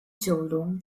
九龙